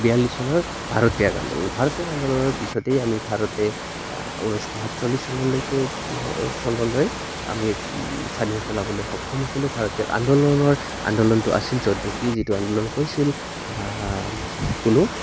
বিয়াল্লিছ চনৰ ভাৰত ত্যাগ আন্দোলন ভাৰত ত্যাগ আন্দোলনৰ পিছতেই আমি ভাৰতে ঊনৈছশ সাতচল্লিছ চনলৈকে চনলৈ আমি স্বাধীনতা লাভলৈ সক্ষম হৈছিলোঁ ভাৰতীয় আন্দোলনৰ আন্দোলনটো আছিল য'ত নেকি যিটো আন্দোলন কৰিছিল কোনো